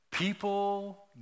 People